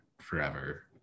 forever